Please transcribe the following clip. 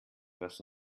was